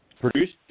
produced